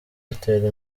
rutera